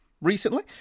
Recently